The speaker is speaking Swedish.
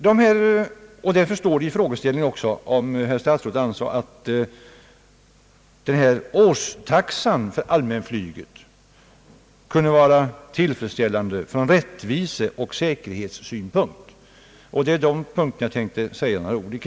Därför frågade jag också om statsrådet ansåg att årstaxan för allmänflyget skulle vara tillfredsställande ur rättviseoch säkerhetssynpunkt, och det är kring dessa punkter som jag skulle vilja säga några ord.